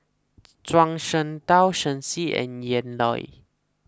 Zhuang Shengtao Shen Xi and Ian Loy